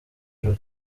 jolly